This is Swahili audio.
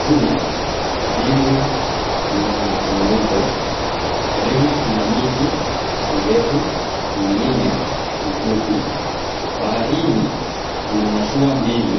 Juu mbingu ni nyeupe. Karibu kuna miti mirefu, nyingine mifupi. Baharini kuna mashua mbili